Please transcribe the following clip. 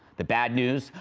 the bad news,